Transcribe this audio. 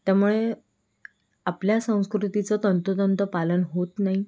त्यामुळे आपल्या संस्कृतीचं तंतोतंत पालन होत नाही